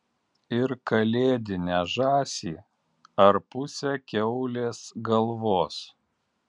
ir kalėdinę žąsį ar pusę kiaulės galvos